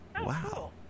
Wow